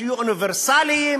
שיהיו אוניברסליים.